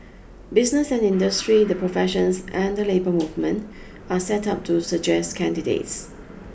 business and industry the professions and the labour movement are set up to suggest candidates